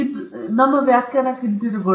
ಈಗ ನಮ್ಮ ವ್ಯಾಖ್ಯಾನಕ್ಕೆ ಹಿಂತಿರುಗಿ